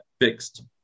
fixed